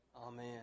Amen